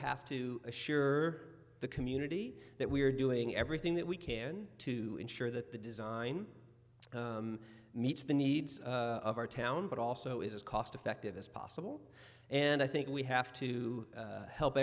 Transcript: have to assure the community that we're doing everything that we can to ensure that the design meets the needs of our town but also is cost effective as possible and i think we have to help